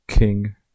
King